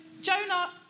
Jonah